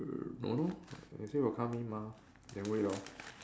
err don't know they say will come in mah then wait lor